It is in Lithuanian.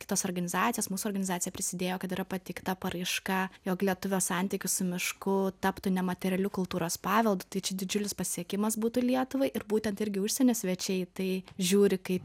kitos organizacijos mūsų organizacija prisidėjo kad yra pateikta paraiška jog lietuvio santykis su mišku taptų nematerialiu kultūros paveldu tai čia didžiulis pasiekimas būtų lietuvai ir būtent irgi užsienio svečiai į tai žiūri kaip